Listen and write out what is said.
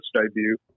debut